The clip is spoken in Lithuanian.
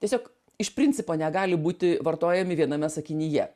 tiesiog iš principo negali būti vartojami viename sakinyje